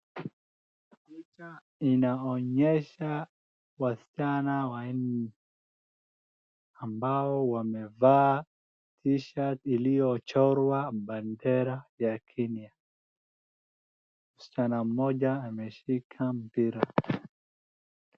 Picha inaonyesha wasichana wanne ambao wamevaa t-shirt iliochorwa bendera ya Kenya. Msichana mmoja ameshika mpira.